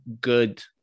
good